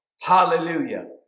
Hallelujah